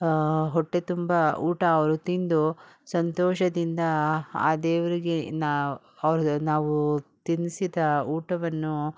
ಹೊಟ್ಟೆ ತುಂಬ ಊಟ ಅವರು ತಿಂದು ಸಂತೋಷದಿಂದ ಆ ದೇವರಿಗೆ ನಾವು ಅವರು ನಾವು ತಿನಿಸಿದ ಊಟವನ್ನು